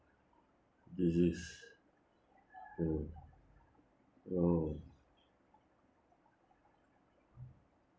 this is uh oh